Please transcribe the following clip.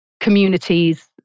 communities